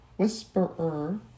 Whisperer